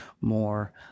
more